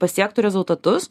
pasiektų rezultatus